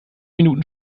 minuten